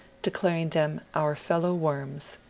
declaring them our fellow worms.